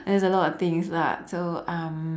there's a lot of things lah so um